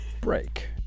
Break